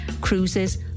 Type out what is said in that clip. cruises